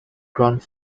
ground